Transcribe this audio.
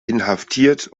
inhaftiert